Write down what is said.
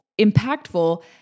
impactful